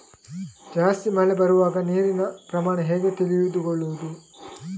ಜಾಸ್ತಿ ಮಳೆ ಬರುವಾಗ ನೀರಿನ ಪ್ರಮಾಣ ಹೇಗೆ ತಿಳಿದುಕೊಳ್ಳುವುದು?